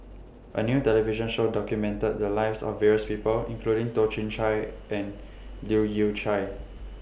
A New television Show documented The Lives of various People including Toh Chin Chye and Leu Yew Chye